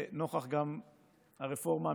גם נוכח הרפורמה המשפטית,